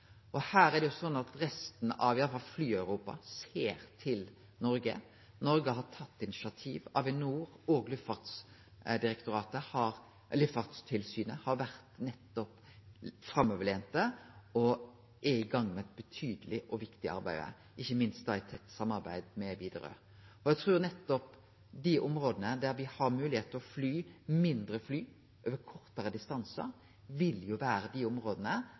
Her er det jo sånn at resten av i alle fall Fly-Europa ser til Noreg. Noreg har tatt initiativ. Avinor og Luftfartstilsynet har vore framoverlente og er i gang med eit betydeleg og viktig arbeid her, ikkje minst i tett samarbeid med Widerøe. Eg trur at nettopp dei områda der me har moglegheit til å fly mindre fly over kortare distansar, vil vere dei områda